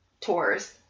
tours